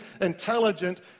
intelligent